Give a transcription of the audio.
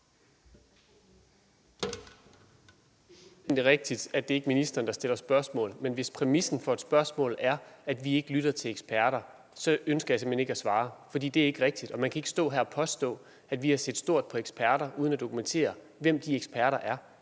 Det er rigtigt, at det ikke er ministeren, der stiller spørgsmål. Men hvis præmissen for et spørgsmål er, at vi ikke lytter til eksperter, så ønsker jeg simpelt hen ikke at svare. For det er ikke rigtigt, og man kan ikke stå her og påstå, at vi har set stort på eksperter, uden at dokumentere, hvem de eksperter er.